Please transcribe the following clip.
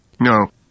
No